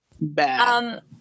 bad